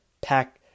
pack